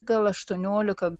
gal aštuoniolika